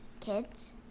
kids